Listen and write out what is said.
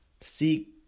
Seek